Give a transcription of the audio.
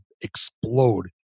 explode